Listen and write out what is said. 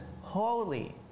holy